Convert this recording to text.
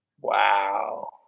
wow